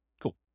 Cool